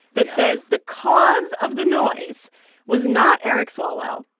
that says the cause of the noise was not eric swalwell.